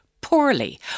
poorly